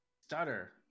stutter